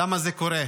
למה זה קורה?